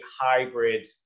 hybrid